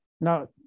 Now